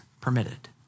permitted